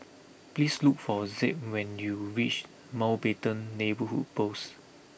please look for Zeb when you reach Mountbatten Neighbourhood Post